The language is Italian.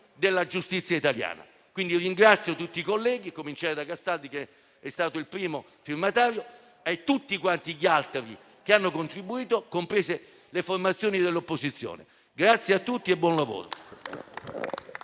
Grazie a tutti e buon lavoro.